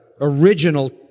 original